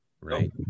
right